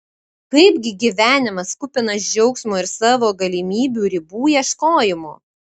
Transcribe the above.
kaipgi gyvenimas kupinas džiaugsmo ir savo galimybių ribų ieškojimo